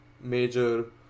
major